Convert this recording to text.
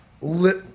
lit